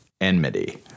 enmity